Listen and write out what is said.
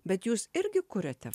bet jūs irgi kuriate